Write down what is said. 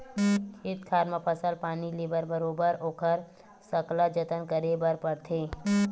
खेत खार म फसल पानी ले बर बरोबर ओखर सकला जतन करे बर परथे